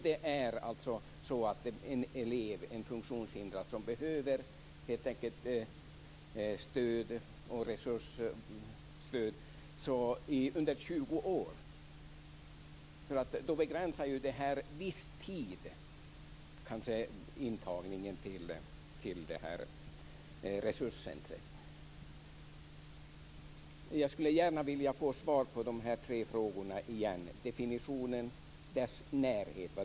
När det gäller en funktionshindrad elev som är under 20 år och som behöver stöd och resurser begränsar kanske detta med viss tid intagningen till det här resurscentret. Jag skulle gärna vilja få svar på mina tre frågor. Den första är: Vad innebär "dess närhet"?